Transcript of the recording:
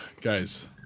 Guys